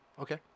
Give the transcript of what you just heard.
Okay